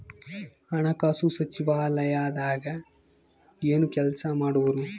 ಹಣಕಾಸು ಸಚಿವಾಲಯದಾಗ ಏನು ಕೆಲಸ ಮಾಡುವರು?